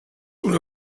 una